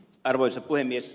arvoisa puhemies